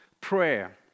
Prayer